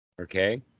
Okay